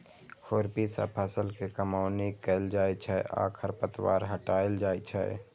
खुरपी सं फसल के कमौनी कैल जाइ छै आ खरपतवार हटाएल जाइ छै